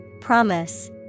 Promise